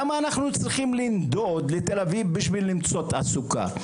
למה אנחנו צריכים לנדוד לתל אביב בשביל למצוא תעסוקה?